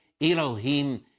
Elohim